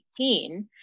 2018